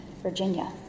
Virginia